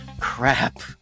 crap